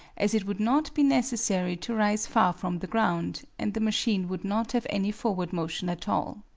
as it would not be necessary to rise far from the ground, and the machine would not have any forward motion at all.